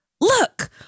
look